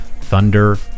Thunder